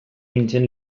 nintzen